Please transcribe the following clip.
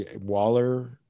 Waller